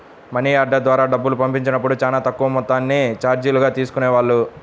money order ద్వారా డబ్బులు పంపించినప్పుడు చానా తక్కువ మొత్తాన్ని చార్జీలుగా తీసుకునేవాళ్ళు